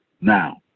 Now